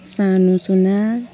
सानु सुनार